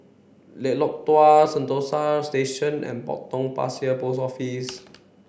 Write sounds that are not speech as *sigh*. *unintelligible* Dua Sentosa Station and Potong Pasir Post Office